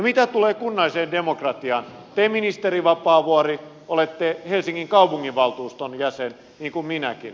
mitä tulee kunnalliseen demokratiaan te ministeri vapaavuori olette helsingin kaupunginvaltuuston jäsen niin kuin minäkin